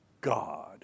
God